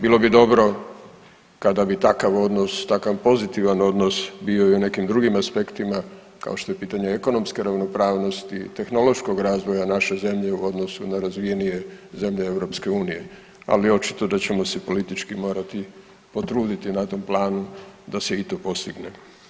Bilo bi dobro kada bi takav odnos, takav pozitivan odnos bio i u nekim drugim aspektima kao što je pitanje ekonomske ravnopravnosti, tehnološkog razvoja naše zemlje u odnosu na razvijenije zemlje EU, ali očito da ćemo se politički morati potruditi na tom planu da se i to postigne.